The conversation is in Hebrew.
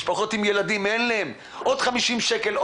משפחות עם ילדים שאין להם וכך יש להם עוד 50 שקלים,